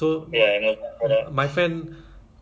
got how many version ah I also don't know ah